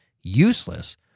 useless